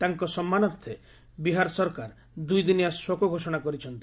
ତାଙ୍କ ସମ୍ମାନାର୍ଥେ ବିହାର ସରକାର ଦୁଇ ଦିନିଆ ଶୋକ ଘୋଷଣା କରିଛନ୍ତି